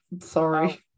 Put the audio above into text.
Sorry